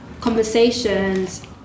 conversations